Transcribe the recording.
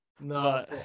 no